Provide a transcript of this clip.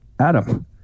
Adam